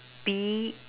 be